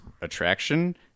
attraction